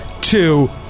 two